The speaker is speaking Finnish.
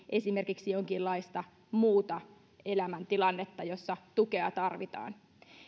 esimerkiksi jonkinlaista muuta elämäntilannetta jossa tukea tarvitaan